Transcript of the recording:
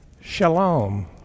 shalom